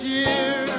year